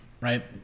right